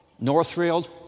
Northfield